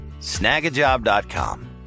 Snagajob.com